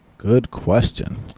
good question.